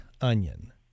onion